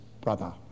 brother